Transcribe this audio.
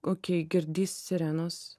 okei girdi sirenos